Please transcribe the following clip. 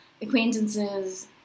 acquaintances